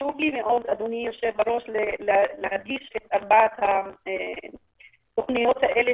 חשוב לי להדגיש את ארבע התוכניות האלה,